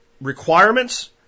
requirements